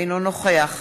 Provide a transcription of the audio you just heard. אינו נוכח